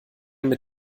mit